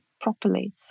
properly